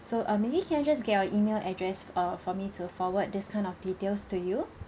so err maybe can I just get your E-mail address err for me to forward this kind of details to you